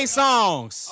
songs